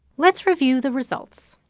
let's review the results.